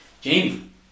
Jamie